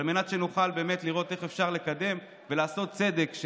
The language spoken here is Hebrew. על מנת שנוכל באמת לראות איך אפשר לקדם ולעשות צדק,